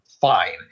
fine